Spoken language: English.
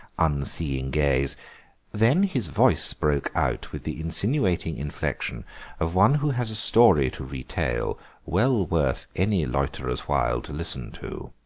unseeing gaze then his voice broke out with the insinuating inflection of one who has a story to retail well worth any loiterer's while to listen to.